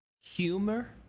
humor